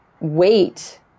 wait